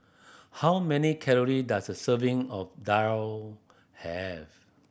how many calory does a serving of daal have